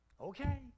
Okay